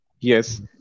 Yes